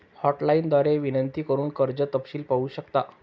hotline द्वारे विनंती करून कर्ज तपशील पाहू शकता